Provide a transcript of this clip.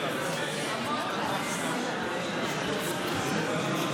טור פז